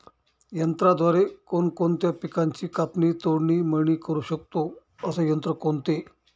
यंत्राद्वारे कोणकोणत्या पिकांची कापणी, तोडणी, मळणी करु शकतो, असे यंत्र कोणते?